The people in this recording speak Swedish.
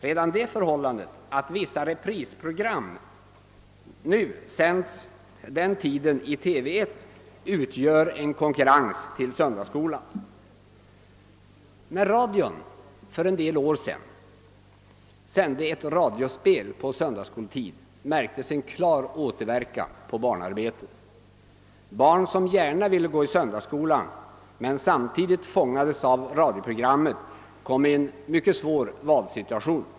Redan det förhållandet att vissa reprisprogram nu sänds vid den tiden i TV 1 utgör en konkurrens med söndagsskolan. När radion för en del år sedan sände ett radiospel på söndagsskoltid märktes en klar återverkan på barnarbetet. Barn som gärna ville gå i söndagsskolan men samtidigt fångades av radioprogrammet kom i en mycket svår valsituation.